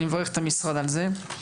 ואני מברך את המשרד על זה.